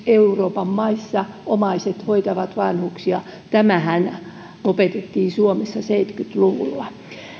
euroopan maissa omaiset hoitavat vanhuksia tämähän lopetettiin suomessa seitsemänkymmentä luvulla